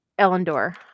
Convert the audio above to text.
Ellendor